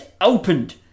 opened